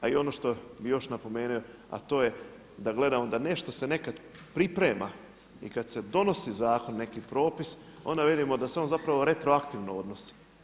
A i ono što bih još napomenuo, a to je da gledamo da nešto se nekad priprema i kad se donosi zakon, neki propis onda vidimo da se on zapravo retroaktivno donosi.